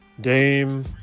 Dame